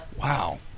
Wow